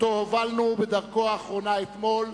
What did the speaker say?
אותו הובלנו בדרכו האחרונה אתמול.